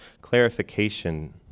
clarification